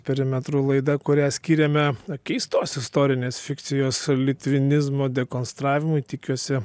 perimetru laida kurią skyrėme na keistos istorinės fikcijos litvinizmo dekonstravimui tikiuosi